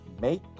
make